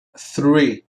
three